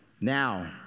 Now